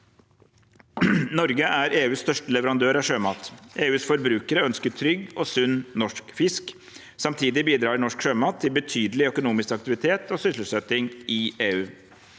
Norge er EUs største leverandør av sjømat. EUs forbrukere ønsker trygg og sunn norsk fisk. Samtidig bidrar norsk sjømat til betydelig økonomisk aktivitet og sysselsetting i EU.